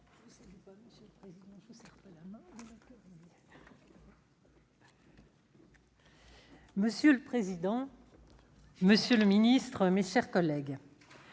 Monsieur le président, monsieur le ministre, mes chers collègues,